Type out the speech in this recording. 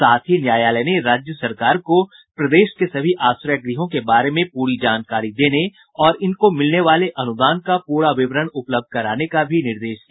साथ ही न्यायालय ने राज्य सरकार को प्रदेश के सभी आश्रय गृहों के बारे में पूरी जानकारी देने और इनको मिलने वाले अनुदान का पूरा विवरण उपलब्ध कराने का भी निर्देश दिया